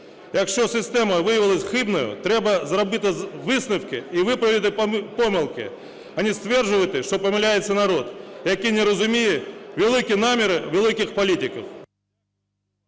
Якщо система виявилась хибною, треба зробити висновки і виправити помилки, а не стверджувати, що помиляється народ, який не розуміє великі наміри великих політиків.